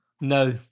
no